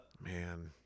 Man